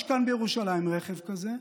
יש כאן בירושלים רכב כזה,